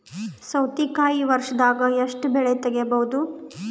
ಸೌತಿಕಾಯಿ ವರ್ಷದಾಗ್ ಎಷ್ಟ್ ಬೆಳೆ ತೆಗೆಯಬಹುದು?